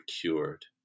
cured